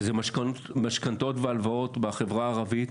וזה משכנתאות והלוואות בחברה הערבית,